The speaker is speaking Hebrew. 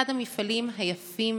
אחד המפעלים היפים